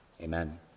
Amen